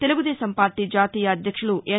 Telugu Desam party జాతీయ అధ్యక్షులు ఎన్